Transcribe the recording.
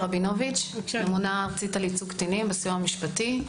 ממונה ארצית על ייצוג קטינים בסיוע המשפטי.